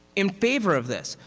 in favor of this.